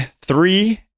three